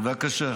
בבקשה.